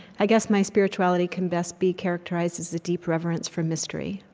i guess my spirituality can best be characterized as a deep reverence for mystery.